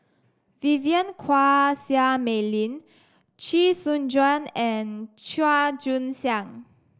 Vivien Quahe Seah Mei Lin Chee Soon Juan and Chua Joon Siang